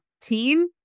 team